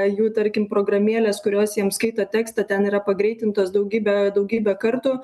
jų tarkim programėlės kurios jiems skaito tekstą ten yra pagreitintos daugybę daugybę kartų